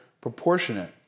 proportionate